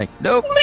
nope